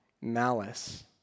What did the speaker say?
malice